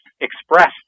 expressed